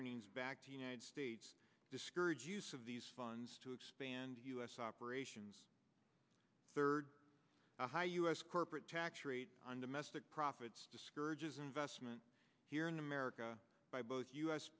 earnings back to the united states discourage use of these funds to expand u s operations third the high us corporate tax rate on domestic profits discourages investment here in america by both u